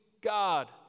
God